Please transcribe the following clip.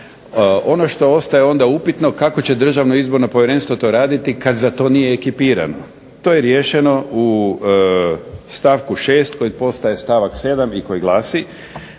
Ono što ostaje onda upitno kako će Državno izborno povjerenstvo to raditi kad za to nije ekipirano. To je riješeno u stavku 6. koji postaje stavak 7. i koji glasi